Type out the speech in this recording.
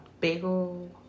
bagel